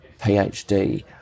PhD